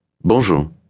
Bonjour